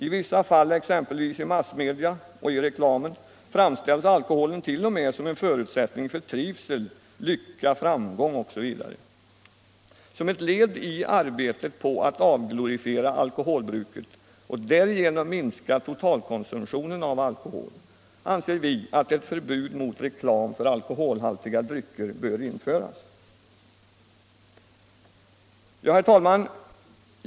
I vissa fall, exempelvis i massmedia och i reklam, framställs alkoholen t.o.m. som en förutsättning för trivsel, lycka, framgång osv. Som ett led i arbetet på att avglorifiera alkoholbruket och därigenom minska totalkonsumtionen av alkohol anser vi att ett förbud mot reklam för alkoholhaltiga drycker bör införas. Herr talman!